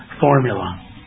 formula